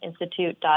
Institute